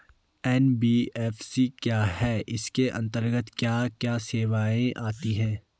NBFC क्या है इसके अंतर्गत क्या क्या सेवाएँ आती हैं?